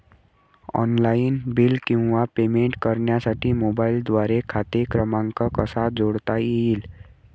Online bill किंवा payment करण्यासाठी मोबाईलद्वारे खाते क्रमांक कसा जोडता येईल?